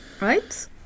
right